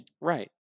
Right